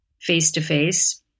face-to-face